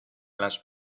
las